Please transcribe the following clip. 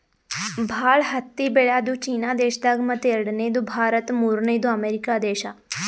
ಭಾಳ್ ಹತ್ತಿ ಬೆಳ್ಯಾದು ಚೀನಾ ದೇಶದಾಗ್ ಮತ್ತ್ ಎರಡನೇದು ಭಾರತ್ ಮೂರ್ನೆದು ಅಮೇರಿಕಾ ದೇಶಾ